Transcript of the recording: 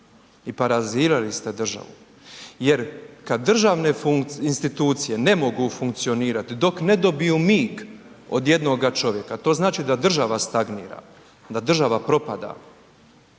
i paralizirali ste državu jer kad državne institucije ne mogu funkcionirat dok ne dobiju mig od jednoga čovjeka, to znači da država stagnira, da država propada.